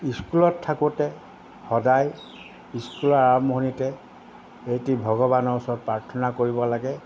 স্কুলত থাকোঁতে সদায় স্কুলৰ আৰম্ভণিতে এইটি ভগৱানৰ ওচৰত প্ৰাৰ্থনা কৰিব লাগে